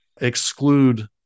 exclude